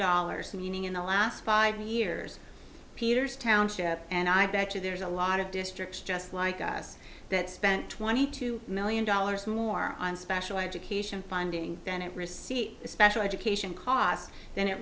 dollars meaning in the last five years peter's township and i betcha there's a lot of districts just like us that spent twenty two million dollars more on special education funding then it received a special education cost than it